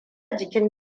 jikin